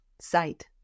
sight